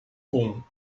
com